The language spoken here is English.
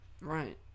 Right